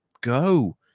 go